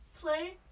play